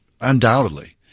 Undoubtedly